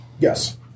Yes